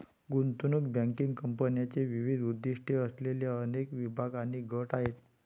गुंतवणूक बँकिंग कंपन्यांचे विविध उद्दीष्टे असलेले अनेक विभाग आणि गट आहेत